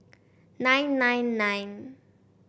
nine nine nine